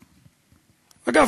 אגב,